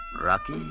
Rocky